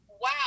Wow